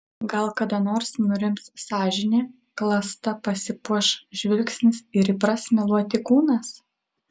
gal kada nors nurims sąžinė klasta pasipuoš žvilgsnis ir įpras meluoti kūnas